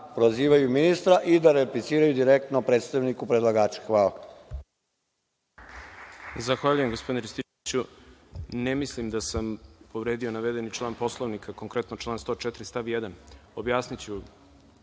prozivaju ministra i da repliciraju direktno predstavniku predlagača. Hvala.